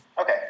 Okay